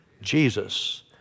Jesus